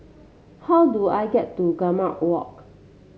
how do I get to Gambir Walk